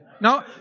No